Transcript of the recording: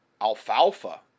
alfalfa